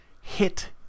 hit